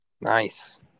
Nice